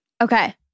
Okay